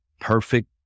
perfect